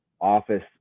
office